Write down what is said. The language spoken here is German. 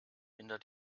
hinter